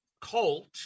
cult